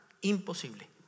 imposible